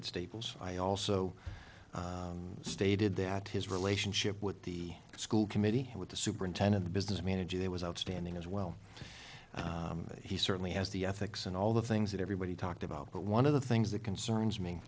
at staples i also stated that his relationship with the school committee with the superintendent the business manager there was outstanding as well he certainly has the ethics and all the things that everybody talked about but one of the things that concerns me